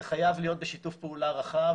זה חייב להיות בשיתוף פעולה רחב,